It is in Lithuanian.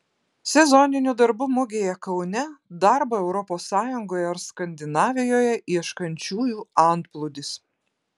sezoninių darbų mugėje kaune darbo europos sąjungoje ar skandinavijoje ieškančiųjų antplūdis